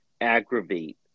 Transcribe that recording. aggravate